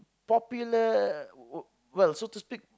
popular well so to speak